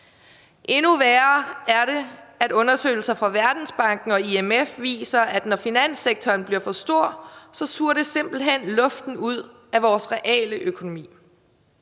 Endnu værre er det, at undersøgelser fra Verdensbanken og IMF viser, at når finanssektoren bliver for stor, suger det simpelt hen luften ud af vores reale økonomi.